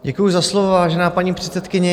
Děkuji za slovo, vážená paní předsedkyně.